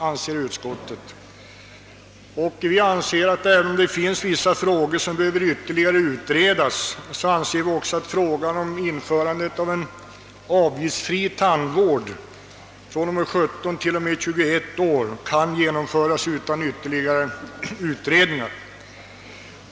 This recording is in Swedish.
Även om det finns vissa frågor som ytterligare behöver utredas, anser vi för vår del att en avgiftsfri tandvård för åldrarna 17—21 år kan genomföras utan ytterligare utredningar.